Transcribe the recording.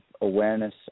awareness